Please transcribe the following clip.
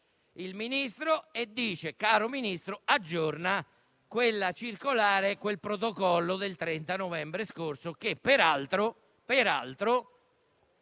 e gli dice di aggiornare quella circolare, quel protocollo del 30 novembre scorso, che peraltro